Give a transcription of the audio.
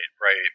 right